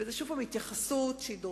זאת שוב פעם התייחסות דורסנית,